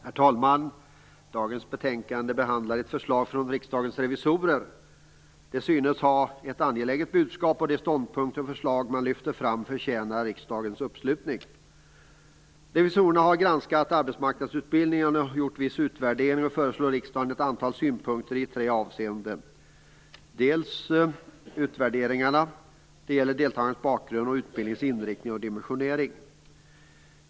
Herr talman! Dagens betänkande behandlar ett förslag från Riksdagens revisorer. De synes ha ett angeläget budskap, och de ståndpunkter och förslag som man lyfter fram förtjänar riksdagens uppslutning. Revisorerna har granskat arbetsmarknadsutbildningen och gjort viss utvärdering. Man lämnar riksdagen ett antal synpunkter i tre avseenden. Utvärderingarna gäller deltagarnas bakgrund och utbildningens inriktning och dimensionering.